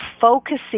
focusing